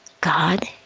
God